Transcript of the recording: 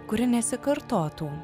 kuri nesikartotų